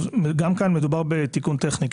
גם כאן מדובר בתיקון טכני,